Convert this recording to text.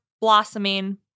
blossoming